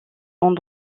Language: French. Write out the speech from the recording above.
fondre